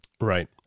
Right